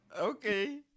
Okay